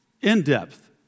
in-depth